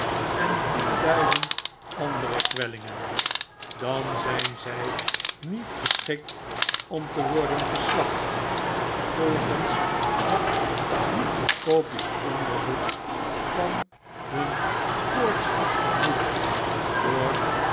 en tienduizend andere kwellingen dan zyn zy niet geschikt om te worden geslacht volgens het microscopisch onderzoek van hun koortsachtig bloed door